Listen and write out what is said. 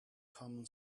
common